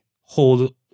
hold